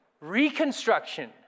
Reconstruction